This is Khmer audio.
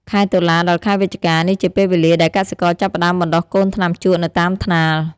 ខែតុលា ដល់ ខែវិច្ឆិកា នេះជាពេលវេលាដែលកសិករចាប់ផ្ដើមបណ្ដុះកូនថ្នាំជក់នៅតាមថ្នាល។